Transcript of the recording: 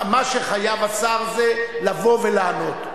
מה שחייב השר זה לבוא ולענות.